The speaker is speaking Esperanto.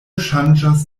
ŝanĝas